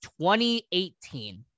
2018